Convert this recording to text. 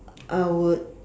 I would